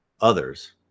others